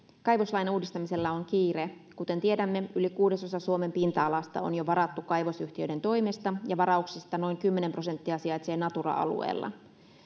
kaivoslain uudistamisella on kiire kuten tiedämme yli kuudesosa suomen pinta alasta on jo varattu kaivosyhtiöiden toimesta ja varauksista noin kymmenen prosenttia sijaitsee natura alueella